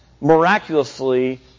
miraculously